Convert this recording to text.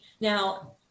Now